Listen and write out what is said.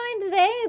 today